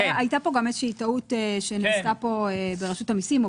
הייתה איזו שהיא טעות שנעשתה ברשות המסים,